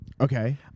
Okay